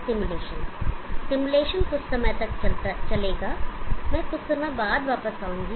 simulation कुछ समय तक चलेगा मैं कुछ समय बाद वापस आऊंगा